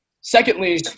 Secondly